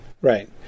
right